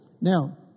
Now